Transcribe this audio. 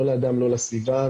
לא לאדם ולא לסביבה,